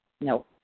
No